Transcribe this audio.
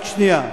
רק שנייה.